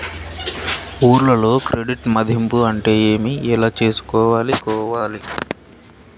ఊర్లలో క్రెడిట్ మధింపు అంటే ఏమి? ఎలా చేసుకోవాలి కోవాలి?